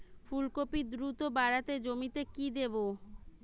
ফুলকপি দ্রুত বাড়াতে জমিতে কি দেবো?